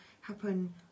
happen